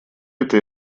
это